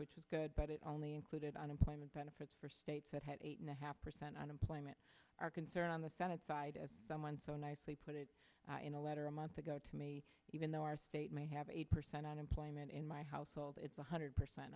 which is good but it only included unemployment benefits for states that had eight and a half percent unemployment our concern on the senate side as someone so nicely put it in a letter a month ago to me even though our state may have eight percent unemployment in my household it's one hundred percent